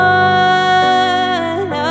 one